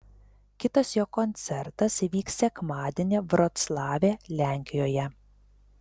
kitas jo koncertas įvyks sekmadienį vroclave lenkijoje